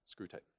Screwtape